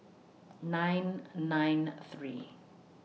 nine nine three